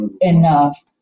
enough